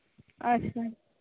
ᱟᱪᱪᱷᱟ